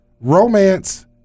Romance